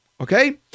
Okay